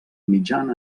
mitjan